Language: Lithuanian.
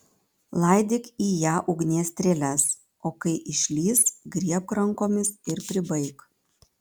laidyk į ją ugnies strėles o kai išlįs griebk rankomis ir pribaik